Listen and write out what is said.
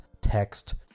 text